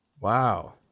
Wow